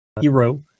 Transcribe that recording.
hero